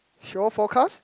show forecast